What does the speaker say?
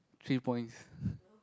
three points